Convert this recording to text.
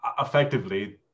effectively